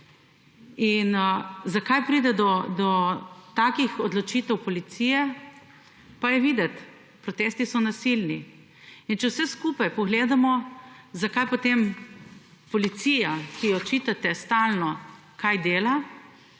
In zakaj pride do takih odločitev policije, pa je videti, protesti so nasilni. In če vse skupaj pogledamo, zakaj potem policija, ki ji očitate stalno kaj dela,